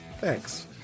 thanks